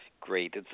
Great